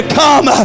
come